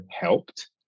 helped